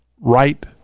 right